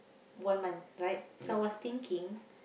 one month right so I was thinking